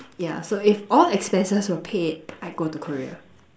yeah so if all expenses were paid I go to Korea